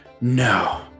No